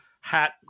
hat